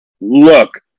Look